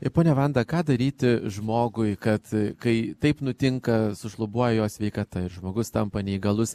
ir ponia vanda ką daryti žmogui kad kai taip nutinka sušlubuoja jo sveikata ir žmogus tampa neįgalus